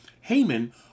Haman